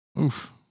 Oof